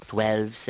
Twelve